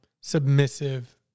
submissive